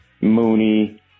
Mooney